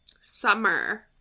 Summer